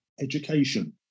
education